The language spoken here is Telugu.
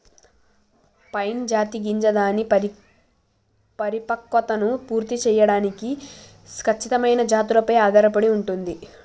పైన్ జాతి గింజ దాని పరిపక్వతను పూర్తి సేయడానికి ఖచ్చితమైన జాతులపై ఆధారపడి ఉంటుంది